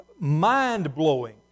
Mind-blowing